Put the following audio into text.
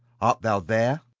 art thou there?